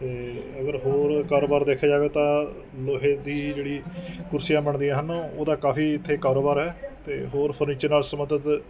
ਅਤੇ ਅਗਰ ਹੋਰ ਕਾਰੋਬਾਰ ਦੇਖਿਆ ਜਾਵੇ ਤਾਂ ਲੋਹੇ ਦੀ ਜਿਹੜੀ ਕੁਰਸੀਆਂ ਬਣਦੀਆਂ ਹਨ ਉਹਦਾ ਕਾਫ਼ੀ ਇੱਥੇ ਕਾਰੋਬਾਰ ਹੈ ਅਤੇ ਹੋਰ ਫਰਨੀਚਰ ਨਾਲ਼ ਸੰਬੰਧਿਤ